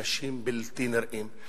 אנשים בלתי נראים.